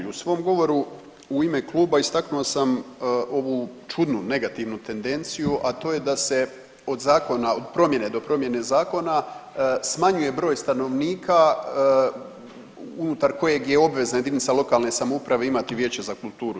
U svom govoru u ime kluba istaknuo sam ovu čudnu negativnu tendenciju, a to je da se od zakona od promjene do promjena zakona smanjuje broj stanovnika unutar kojeg je obvezna jedinice lokalne samouprave imati Vijeće za kulturu.